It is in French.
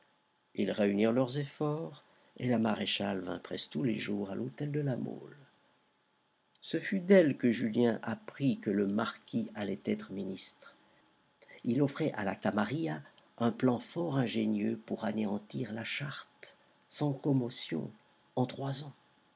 ils réunirent leurs efforts et la maréchale vint presque tous les jours à l'hôtel de la mole ce fut d'elle que julien apprit que le marquis allait être ministre il offrait à la camarilla un plan fort ingénieux pour anéantir la charte sans commotion en trois ans